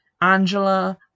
angela